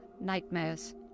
nightmares